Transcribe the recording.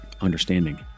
understanding